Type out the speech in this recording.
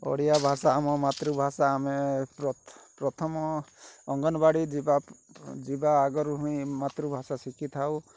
ଓଡ଼ିଆ ଭାଷା ଆମ ମାତୃଭାଷା ଆମେ ପ୍ରଥମ ଅଙ୍ଗନବାଡ଼ି ଯିବା ଯିବା ଆଗରୁ ହିଁ ମାତୃଭାଷା ଶିଖି ଥାଉ